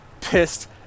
pissed